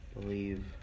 believe